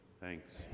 Thanks